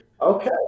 okay